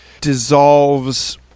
dissolves